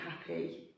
happy